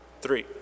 Three